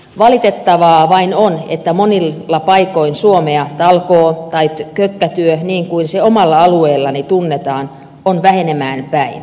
valitettavaa vain on että monilla paikoin suomea talkoo tai kökkätyö niin kuin se omalla alueellani tunnetaan on vähenemään päin